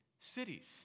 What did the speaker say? cities